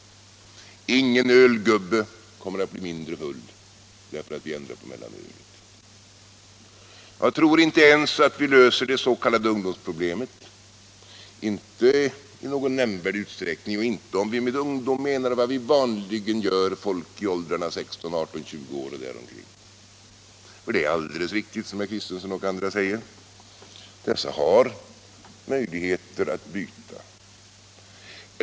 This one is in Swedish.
Ingen ölgubbe kommer att bli mindre full, därför att vi ändrar på mellanölet. Jag tror inte ens att vi löser det s.k. ungdomsproblemet, i varje fall inte i någon nämnvärd utsträckning och inte om vi med ungdom menar vad vi vanligen menar med ungdom, nämligen folk i åldrarna 16, 18, 20 år och däromkring. Herr Kristenson och andra har alldeles rätt i att dessa har möjligheter att byta.